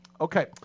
Okay